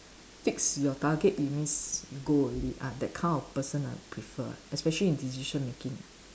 fix your target it means go already ah that kind of person I prefer especially in decision making